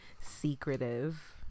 Secretive